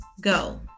go